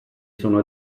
sono